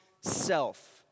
self